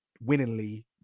winningly